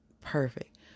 perfect